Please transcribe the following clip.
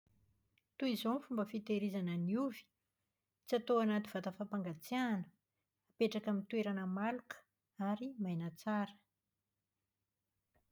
Toy izao ny fomba fitahirizana ny ovy. Tsy atao anaty vata fampangatsiahana. Apetraka amin'ny toerana maloka ary maina tsara.